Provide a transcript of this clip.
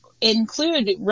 include